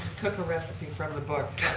cook a recipe from the book.